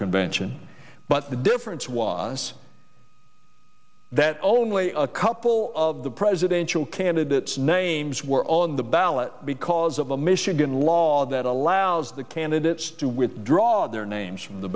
convention but the difference was that only a couple of the presidential candidates names were on the ballot because of the michigan law that allows the candidates to withdraw their names from the